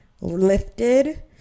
lifted